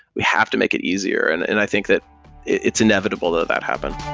we have to make it easier, and and i think that it's inevitable that that happen.